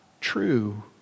true